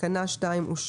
תקנה 2 אושרה.